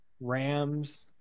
Rams